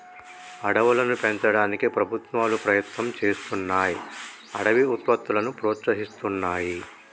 అడవులను పెంచడానికి ప్రభుత్వాలు ప్రయత్నం చేస్తున్నాయ్ అడవి ఉత్పత్తులను ప్రోత్సహిస్తున్నాయి